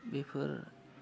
बेफोर